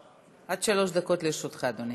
עד שלוש דקות לרשותך, אדוני.